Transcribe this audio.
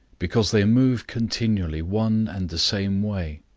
because they move continually one and the same way.